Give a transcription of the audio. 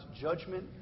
judgment